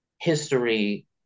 history